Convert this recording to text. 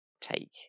take